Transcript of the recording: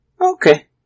Okay